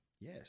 Yes